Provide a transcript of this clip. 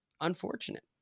unfortunate